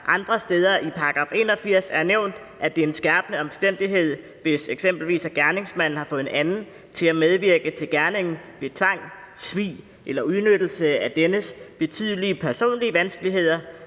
andre steder i § 81 er nævnt, at det er en skærpende omstændighed, hvis eksempelvis gerningsmanden har fået en anden til at medvirke til gerningen ved tvang, svig eller udnyttelse af dennes betydelige personlige vanskeligheder,